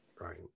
Right